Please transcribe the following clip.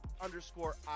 underscore